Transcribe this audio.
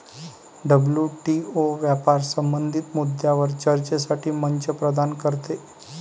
WTO व्यापार संबंधित मुद्द्यांवर चर्चेसाठी मंच प्रदान करते